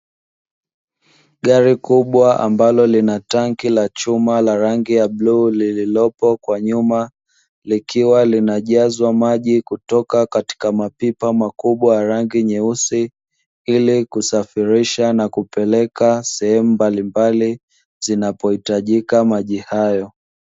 Gari kubwa ambalo lina tanki la chuma la rangi ya bluu lililopo kwa nyuma, likiwa linajazwa maji kutoka katika mapipa makubwa ya rangi nyeusi. Ili kusafirisha na kupeleka sehemu mbalimbali zinapohitajika maji hayo.